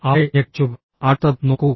അവളെ ഞെട്ടിച്ചു അടുത്തത് നോക്കൂ